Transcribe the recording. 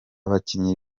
bakinnyi